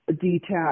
detached